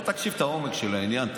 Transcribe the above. בוא תקשיב לעומק של העניין,